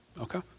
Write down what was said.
Okay